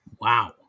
Wow